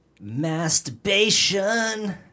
Masturbation